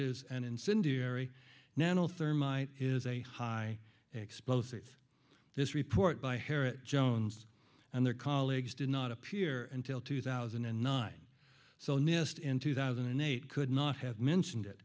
is an incendiary nano thermite is a high explosive this report by harriet jones and their colleagues did not appear until two thousand and nine so missed in two thousand and eight could not have mentioned it